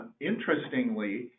Interestingly